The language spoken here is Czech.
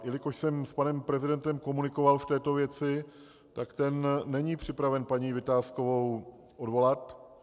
Jelikož jsem s panem prezidentem komunikoval v této věci, tak ten není připraven paní Vitáskovou odvolat.